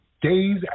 Days